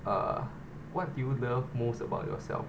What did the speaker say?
uh what do you love most about yourself